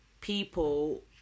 people